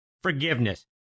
forgiveness